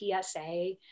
PSA